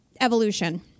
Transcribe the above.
evolution